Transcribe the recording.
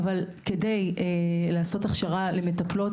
אבל כדי לעשות הכשרה למטפלות,